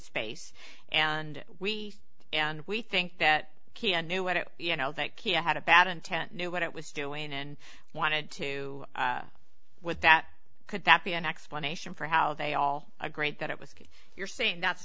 space and we and we think that keanu what it you know that he had a bad intent knew what it was doing and wanted to with that could that be an explanation for how they all agreed that it was you're saying that's